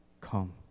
Come